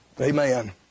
Amen